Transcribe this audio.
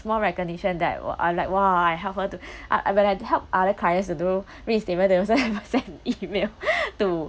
small recognition that were I'm like !wah! I help her to uh when I helped other clients to do reinstatement they also never send email to